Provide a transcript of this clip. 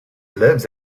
lives